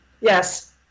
Yes